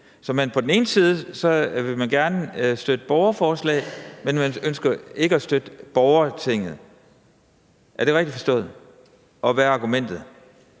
Så på den ene side vil man gerne støtte borgerforslag, men man ønsker ikke at støtte borgertinget. Er det rigtigt forstået, og hvad er argumentet?